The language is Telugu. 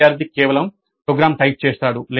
విద్యార్థి కేవలం ప్రోగ్రామ్ టైప్ చేస్తాడు